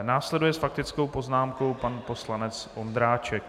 Následuje s faktickou poznámkou pan poslanec Ondráček.